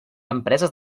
empreses